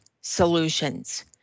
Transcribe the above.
solutions